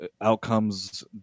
outcomes